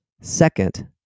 Second